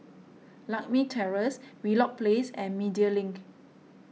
Lakme Terrace Wheelock Place and Media Link